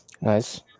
Nice